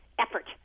effort